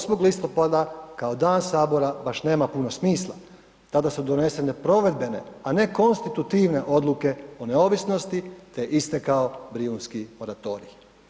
8. listopada kao Dan Sabor baš nema puno smisla, tada su donesene provedbene, e ne konstitutivne odluke o neovisnosti te je istekao Brijunski moratorij.